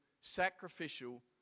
sacrificial